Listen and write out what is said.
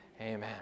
amen